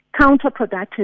counterproductive